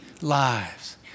lives